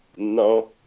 No